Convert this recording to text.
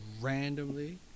randomly